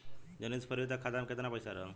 जनवरी से फरवरी तक खाता में कितना पईसा रहल?